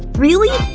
really?